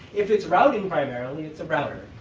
if it's routing, primarily, it's a router.